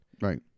right